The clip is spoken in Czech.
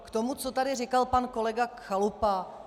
K tomu, co tady říkal pan kolega Chalupa.